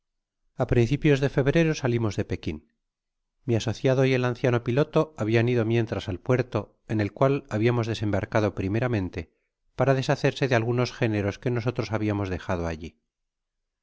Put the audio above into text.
a principios de febrero salimos de pekin mi asociado y el anciano piloto habian ido mientras al puerto en el cual habiamos desembarcado primeramente para deshacerse de algunos géneros que nosotros habiamos dejado alli yo